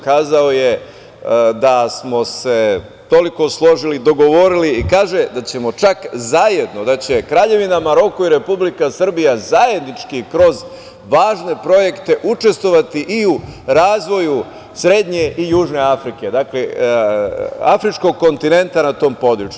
Kazao je da smo se toliko složili, dogovorili i kaže da ćemo čak zajedno, da će Kraljevina Maroko i Republika Srbija zajednički, kroz važne projekte, učestvovati u razvoju srednje i južne Afrike, dakle, afričkog kontinenta na tom području.